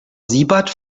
siebert